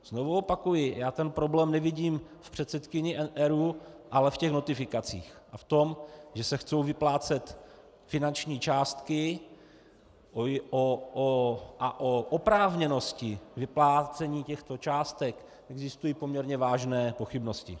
Znovu opakuji, já ten problém nevidím v předsedkyni ERÚ, ale v notifikacích a v tom, že se chtějí vyplácet finanční částky a o oprávněnosti vyplácení těchto částek existují poměrně vážné pochybnosti.